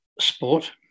sport